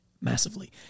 massively